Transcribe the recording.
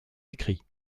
écrits